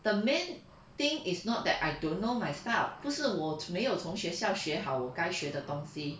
the main thing is not that I don't know my style 不是我没有从学校学好我该学的东西